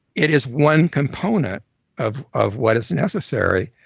it is one component of of what is necessary.